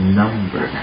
number